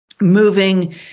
moving